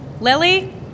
Lily